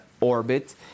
orbit